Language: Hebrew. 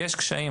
יש קשיים,